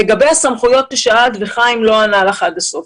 שאלת לגבי הסמכויות וחיים לא ענה לך עד הסוף.